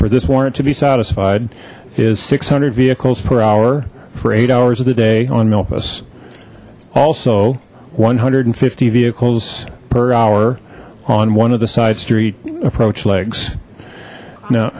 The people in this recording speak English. for this warrant to be satisfied is six hundred vehicles per hour for eight hours of the day on memphis also one hundred and fifty vehicles per hour on one of the side street approach